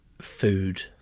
food